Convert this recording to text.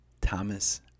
Thomas